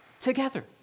together